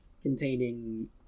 containing